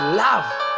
love